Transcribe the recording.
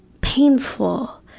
painful